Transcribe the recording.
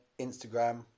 Instagram